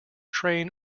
train